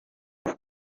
but